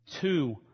Two